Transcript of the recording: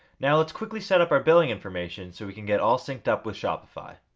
now let's quickly set up our billing information so we can get all synced up with shopfiy.